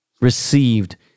received